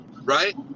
right